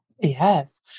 Yes